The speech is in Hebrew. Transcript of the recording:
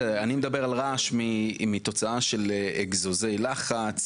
בסדר אני מדבר על רעש מתוצאה של אגזוזי לחץ,